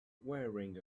wearing